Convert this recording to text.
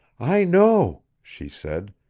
i know, she said.